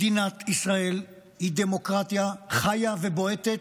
מדינת ישראל היא דמוקרטיה חיה ובועטת,